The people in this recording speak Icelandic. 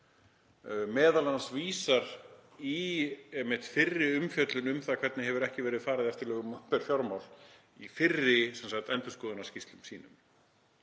vísar m.a. í einmitt fyrri umfjöllun um það hvernig hefur ekki verið farið eftir lögum um opinber fjármál í fyrri endurskoðunarskýrslum sínum.